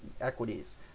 equities